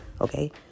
okay